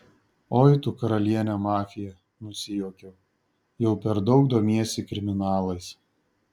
oi tu karaliene mafija nusijuokiau jau per daug domiesi kriminalais